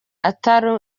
atari